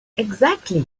exactly